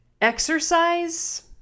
exercise